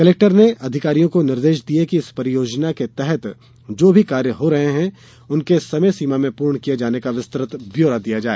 collector ने अधिकारियों को निर्देश दिए कि इस परियोजना के तहत जो भी कार्य हो रहे हैं उनके समय सीमा में पूर्ण किए जाने का विस्तृत ब्यौरा दिया जाए